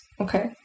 Okay